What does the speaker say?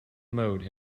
mode